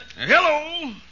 Hello